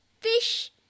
fish